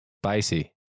spicy